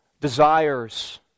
desires